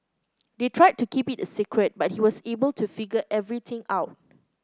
they tried to keep it a secret but he was able to figure everything out